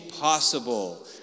possible